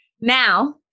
now